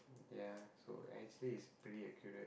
ya so actually it's pretty accurate